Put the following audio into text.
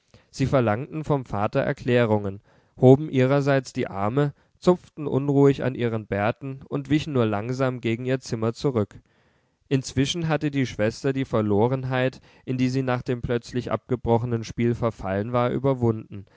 sie verlangten vom vater erklärungen hoben ihrerseits die arme zupften unruhig an ihren bärten und wichen nur langsam gegen ihr zimmer zurück inzwischen hatte die schwester die verlorenheit in die sie nach dem plötzlich abgebrochenen spiel verfallen war überwunden